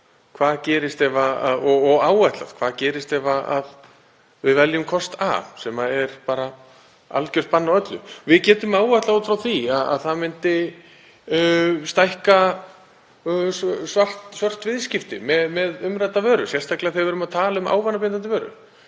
Hvað gerist ef við veljum kost A, sem er bara algjört bann á öllu? Við getum áætlað að það myndi auka svört viðskipti með umrædda vöru, sérstaklega þegar við erum að tala um ávanabindandi vöru.